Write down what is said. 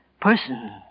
person